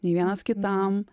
nei vienas kitam